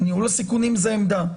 ניהול הסיכונים, זאת עמדה.